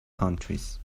countries